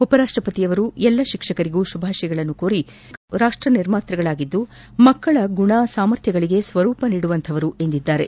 ಉಪರಾಷ್ಟ ಪತಿಯವರು ಎಲ್ಲಾ ಶಿಕ್ಷಕರಿಗೆ ಶುಭಾಶಯಗಳನ್ನು ಕೋರಿ ಶಿಕ್ಷಕರು ರಾಷ್ಟ ನಿರ್ಮಾತೃಗಳಾಗಿದ್ದು ಮಕ್ಕಳ ಗುಣ ಸಾಮರ್ಥ್ಯಗಳಿಗೆ ಸ್ವರೂಪ ನೀಡುವಂತವರು ಎಂದಿದ್ದಾರೆ